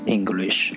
English